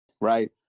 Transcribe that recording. right